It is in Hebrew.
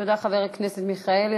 תודה, חבר הכנסת מיכאלי.